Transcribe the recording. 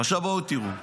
עכשיו, בואו תראו.